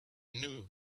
knew